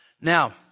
Now